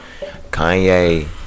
kanye